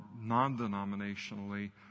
non-denominationally